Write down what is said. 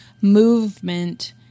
movement